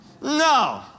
No